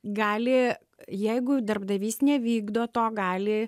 gali jeigu darbdavys nevykdo to gali